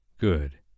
Good